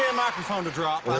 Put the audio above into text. microphone to drop.